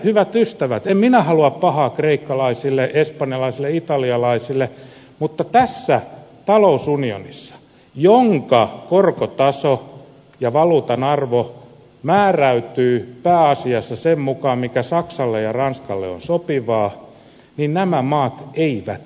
hyvät ystävät en minä halua pahaa kreikkalaisille espanjalaisille italialaisille mutta tässä talous unionissa jonka korkotaso ja valuutan arvo määräytyvät pääasiassa sen mukaan mikä saksalle ja ranskalle on sopivaa nämä maat eivät pärjää